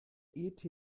eth